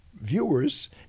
viewers